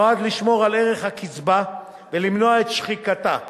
נועד לשמור על ערך הקצבה ולמנוע את שחיקתה.